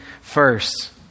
first